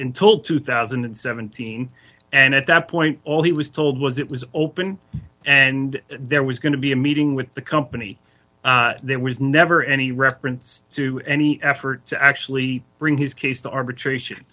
until two thousand and seventeen and at that point all he was told was it was open and there was going to be a meeting with the company there was never any reference to any effort to actually bring his case to arbitration